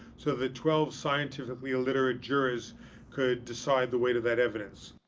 so the twelve scientifically illiterate jurors could decide the weight of that evidence.